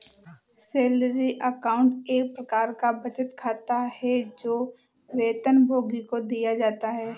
salary account एक प्रकार का बचत खाता है, जो वेतनभोगी को दिया जाता है